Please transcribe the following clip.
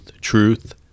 truth